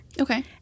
Okay